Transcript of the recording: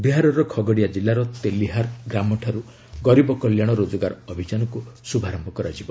ବିହାରର ଖଗଡିଆ ଜିଲ୍ଲାର ତେଲିହାର ଗ୍ରାମଠାର୍ଚ ଗରିବ କଲ୍ୟାଣ ରୋଜଗାର ଅଭିଯାନକୃ ଶୁଭାରମ୍ଭ କରାଯିବ